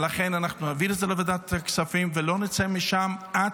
ולכן אנחנו נעביר את זה לוועדת הכספים ולא נצא משם עד